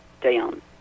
down